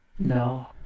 No